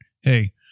hey